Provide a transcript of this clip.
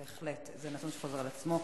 בהחלט, זה נתון שחוזר על עצמו.